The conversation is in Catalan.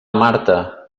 marta